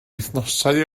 wythnosau